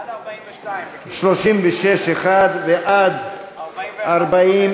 עד סעיף 42. 36(1) ועד 41